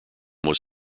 was